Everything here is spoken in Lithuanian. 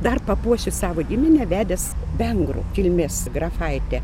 dar papuošė savo giminę vedęs vengrų kilmės grafaitę